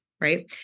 right